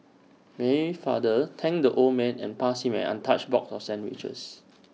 Mary's father thanked the old man and passed him an untouched box of sandwiches